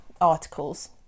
articles